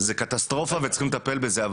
זה קטסטרופה וצריך לטפל בזה.